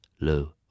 low